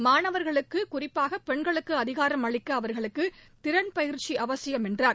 மாணவர்களுக்கு குறிப்பாக பெண்களுக்கு அதிகாரம் அளிக்க அவர்களுக்கு திறன் பயிற்சி அவசியம் என்றார்